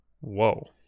Whoa